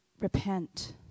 repent